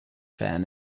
fan